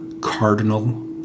cardinal